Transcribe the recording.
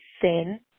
thin